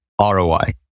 ROI